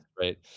right